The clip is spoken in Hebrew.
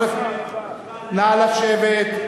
נא לשבת.